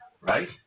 right